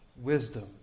wisdom